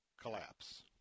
collapse